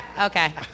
Okay